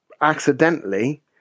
accidentally